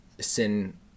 sin